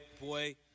boy